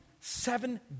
seven